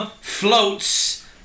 Floats